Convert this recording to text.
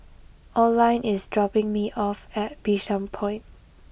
Oline is dropping me off at Bishan Point